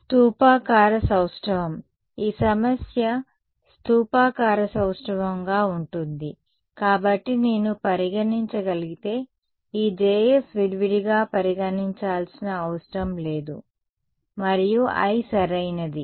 స్థూపాకార సౌష్టవం ఈ సమస్య స్థూపాకార సౌష్టవంగా ఉంటుంది కాబట్టి నేను పరిగణించగలిగే ఈ Js విడివిడిగా పరిగణించాల్సిన అవసరం లేదు మరియు I సరైనది